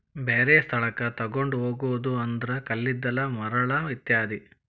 ಬ್ಯಾರೆ ಸ್ಥಳಕ್ಕ ತುಗೊಂಡ ಹೊಗುದು ಅಂದ್ರ ಕಲ್ಲಿದ್ದಲ, ಮರಳ ಇತ್ಯಾದಿ